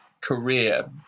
career